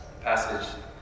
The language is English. passage